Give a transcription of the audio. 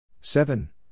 seven